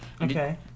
Okay